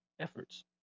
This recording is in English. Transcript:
efforts